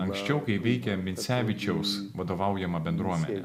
anksčiau kai veikė micevičiaus vadovaujama bendruomenė